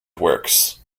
works